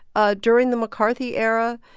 ah during the mccarthy era,